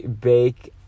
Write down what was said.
bake